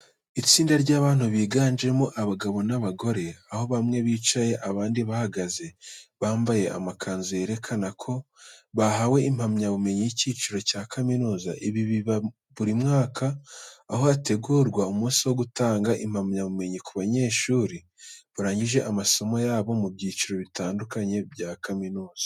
Itsinda ry'abantu biganjemo abagabo n'abagore, aho bamwe bicaye abandi bahagaze. Bambaye amakanzu yerekana ko bahawe impamyabumenyi y'ikiciro cya kaminuza. Ibi biba buri mwaka, aho hategurwa umunsi wo gutanga impamyabumenyi ku banyeshuri barangije amasomo yabo mu byiciro bitandukanye bya kaminuza.